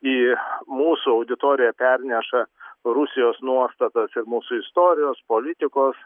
į mūsų auditoriją perneša rusijos nuostatas ir mūsų istorijos politikos